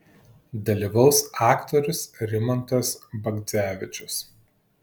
dalyvaus aktorius rimantas bagdzevičius